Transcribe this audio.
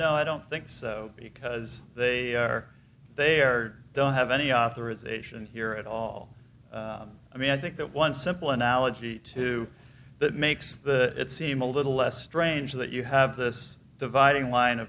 no i don't think so because they are there don't have any authorization here at all i mean i think that one simple analogy to that makes the it seem a little less strange that you have this dividing line